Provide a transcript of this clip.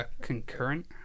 concurrent